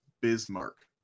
Bismarck